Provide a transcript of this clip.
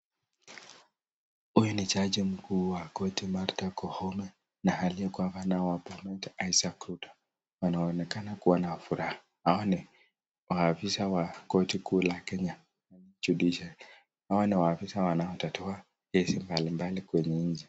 Huyu ni jaji mkuu wa korti Martha Koome na aliyekuwa gavana wa Bomet Isaac Ruto. Wanaonekana kuwa na furaha hao ni maafisa wa koti kuu la kenya Judiciary hao ni maafisa wanaotatua kesi mbali mbali kwenye nchi.